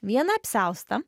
vieną apsiaustą